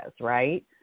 right